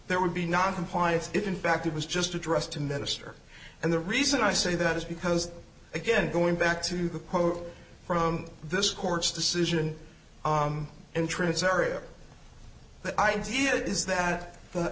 there would be noncompliance if in fact it was just addressed to minister and the reason i say that is because again going back to the post from this court's decision entrance area the idea is that the